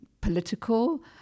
political